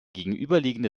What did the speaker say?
gegenüberliegende